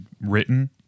written